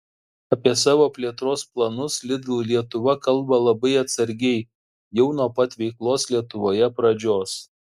apie savo plėtros planus lidl lietuva kalba labai atsargiai jau nuo pat veiklos lietuvoje pradžios